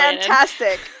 fantastic